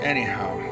Anyhow